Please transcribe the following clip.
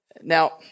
now